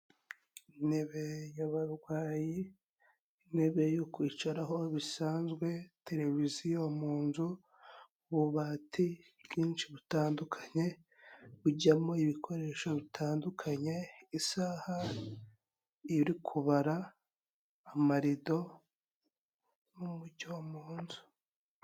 Intebe y'abarwayi, intebe yo kwicaraho bisanzwe, televiziyo mu nzu, ububati bwinshi butandukanye bujyamo ibikoresho bitandukanye, isaha iri kubara, amarido n'umucyo mu nzu.